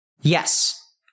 Yes